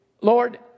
Lord